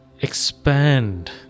expand